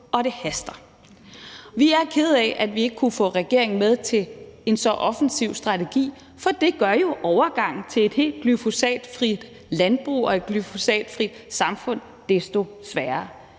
og det haster. Vi er kede af, at vi ikke kunne få regeringen med til en så offensiv strategi, for det gør jo overgangen til et helt glyfosatfrit landbrug og et glyfosatfrit samfund desto sværere.